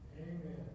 Amen